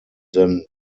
then